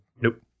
Nope